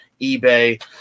eBay